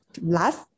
last